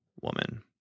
Woman